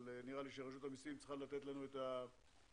אבל נראה לי שרשות המיסים צריכה לתת לנו את התשובה,